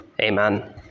Amen